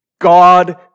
God